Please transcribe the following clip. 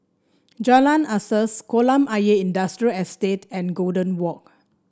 Jalan Asas Kolam Ayer Industrial Estate and Golden Walk